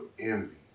envy